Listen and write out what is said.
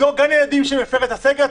לסגור גן ילדים שמפר את הסגר,